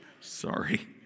Sorry